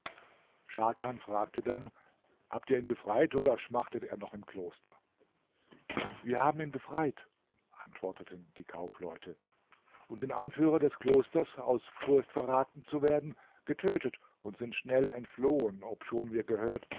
scharkan fragte dann habt ihr ihn befreit oder schmachtet er noch im kloster wir haben ihn befreit antworteten die kaufleute und den anführer des klosters aus furcht verraten zu werden getötet und sind schnell entflohen obschon wir gehört